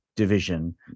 division